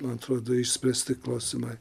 man atrodo išspręsti klausimai